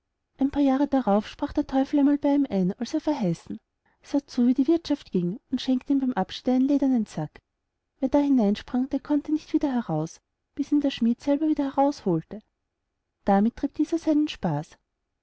ein paar jahre darauf sprach der teufel einmal bei ihm ein als er verheißen sah zu wie die wirthschaft ging und schenkte ihm beim abschied einen ledernen sack wer da hinein sprang der konnte nicht wieder heraus bis ihn der schmid selber wieder heraus holte damit trieb dieser seinen spaß